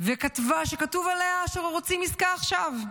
שכתוב עליה שרוצים עסקה עכשיו.